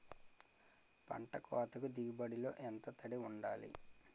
పంట కోతకు దిగుబడి లో ఎంత తడి వుండాలి?